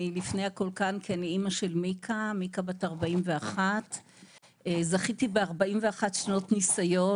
אימא של מיקה בת 41. זכיתי ב-41 שנות ניסיון